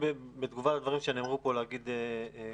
בתגובה לדברים שנאמרו פה, אני רוצה להגיד כך: